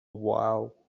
while